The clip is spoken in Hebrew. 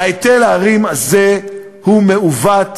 היטל ההרים הזה הוא מעוות,